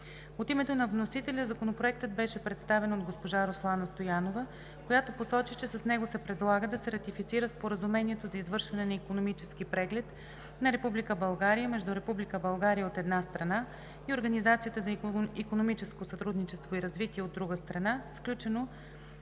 От името на вносителя Законопроектът беше представен от госпожа Руслана Стоянова, която посочи, че с него се предлага да се ратифицира Споразумението за извършване на Икономически преглед на Република България между Република България, от една страна, и Организацията за икономическо сътрудничество и развитие, от друга страна, сключено